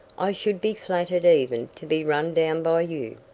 i should be flattered even to be run down by you.